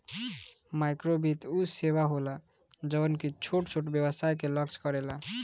माइक्रोवित्त उ सेवा होला जवन की छोट छोट व्यवसाय के लक्ष्य करेला